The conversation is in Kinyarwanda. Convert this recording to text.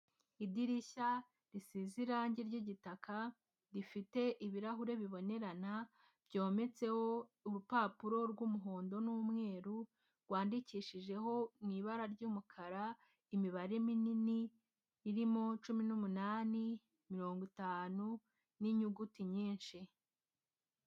Idirishya risize irangi ry'igitaka rifite ibirahure bibonerana, byometseho urupapuro rw'umuhondo n'umweru, rwandikishijeho mu ibara ry'umukara imibare minini, irimo cumi n'umunani, mirongo itanu, n'inyuguti nyinshi.